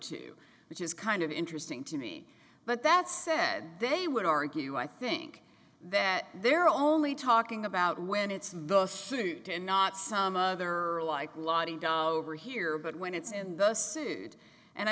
to which is kind of interesting to me but that said they would argue i think that they're only talking about when it's the suit and not some other or like law over here but when it's in the suit and i